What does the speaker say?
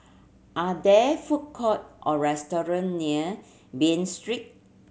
are there food court or restaurant near Bain Street